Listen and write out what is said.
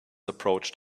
approached